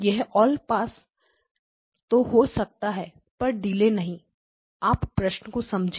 यह all pass तो हो सकता है पर डिले नहीं आप प्रश्न को समझें